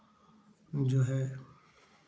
जो है